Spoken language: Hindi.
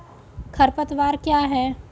खरपतवार क्या है?